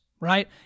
right